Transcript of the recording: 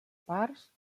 parts